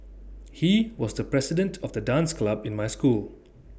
he was the president of the dance club in my school